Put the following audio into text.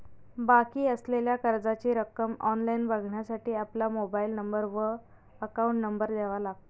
बाकी असलेल्या कर्जाची रक्कम ऑनलाइन बघण्यासाठी आपला मोबाइल नंबर व अकाउंट नंबर द्यावा लागतो